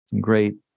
great